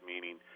meaning